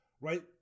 Right